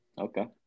Okay